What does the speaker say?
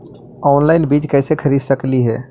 Online बीज कईसे खरीद सकली हे?